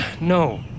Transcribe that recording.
no